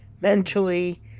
mentally